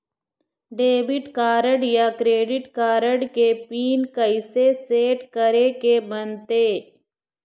Debit card या credit card के PIN कइसे सेट करे के बनते?